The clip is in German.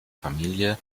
familie